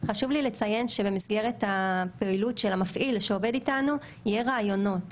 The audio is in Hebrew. חשוב לי לציין שבמסגרת הפעילות של המפעיל שעובד איתנו יהיה ראיונות